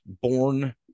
born